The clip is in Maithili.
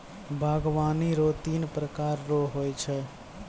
बागवानी रो तीन प्रकार रो हो छै